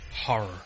horror